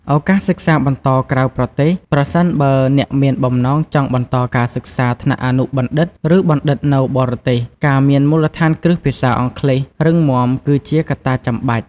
ឱកាសសិក្សាបន្តក្រៅប្រទេស ប្រសិនបើអ្នកមានបំណងចង់បន្តការសិក្សាថ្នាក់អនុបណ្ឌិត ឬបណ្ឌិតនៅបរទេស ការមានមូលដ្ឋានគ្រឹះភាសាអង់គ្លេសរឹងមាំគឺជាកត្តាចាំបាច់។